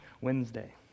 Wednesday